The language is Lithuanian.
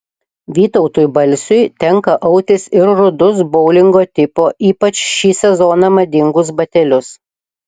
vytautui balsiui tenka autis ir rudus boulingo tipo ypač šį sezoną madingus batelius